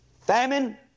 famine